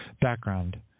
background